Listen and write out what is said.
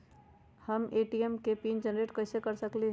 हम ए.टी.एम के pin generate कईसे कर सकली ह?